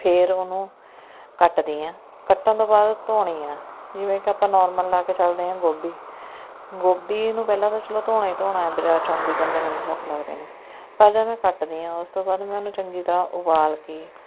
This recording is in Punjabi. ਫਿਰ ਉਹਨੂੰ ਕੱਟਦੀ ਹਾਂ ਕੱਟਣ ਤੋਂ ਬਾਅਦ ਧੋਂਦੀ ਹਾਂ ਜਿਵੇਂ ਕਿ ਆਪਾਂ ਨੋਰਮਲ ਲਾ ਕੇ ਚੱਲਦੇ ਹਾਂ ਗੋਭੀ ਗੋਭੀ ਨੂੰ ਪਹਿਲਾਂ ਤਾਂ ਚਲੋ ਧੋਣਾ ਹੀ ਧੋਣਾ ਆ ਬਜ਼ਾਰ 'ਚੋਂ ਆਉਂਦੀ ਗੰਦੇ ਮੰਦੇ ਹੱਥ ਲੱਗਦੇ ਨੇ ਪਰ ਜਦ ਮੈਂ ਕੱਟਦੀ ਹਾਂ ਉਸ ਤੋਂ ਬਾਅਦ ਮੈਂ ਉਹਨੂੰ ਚੰਗੀ ਤਰ੍ਹਾਂ ਉਬਾਲ ਕੇ